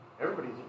everybody's